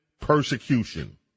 persecution